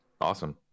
Awesome